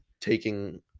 taking